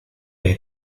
hay